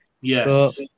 Yes